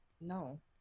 No